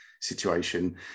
situation